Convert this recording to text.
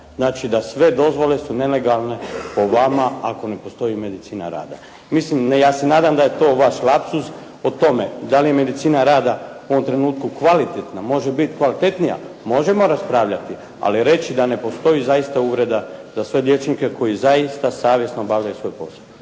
Znači, da sve dozvole su nelegalne po vama ako ne postoji medicina rada. Mislim, ne ja se nadam da je to vaš lapsus o tome da li je medicina rada u ovom trenutku kvalitetna, može biti kvalitetnija. Možemo raspravljati, ali reći da ne postoji, zaista uvreda za sve liječnike koji zaista savjesno obavljaju svoj posao.